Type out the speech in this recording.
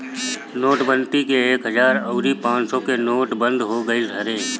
नोटबंदी में एक हजार अउरी पांच सौ के नोट बंद हो गईल रहे